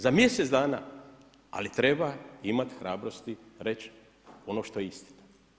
Za mjesec dana, ali treba imati hrabrosti reći, ono što je istina.